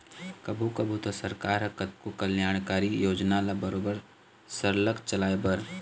कभू कभू तो सरकार ह कतको जनकल्यानकारी योजना ल बरोबर सरलग चलाए बर